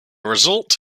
result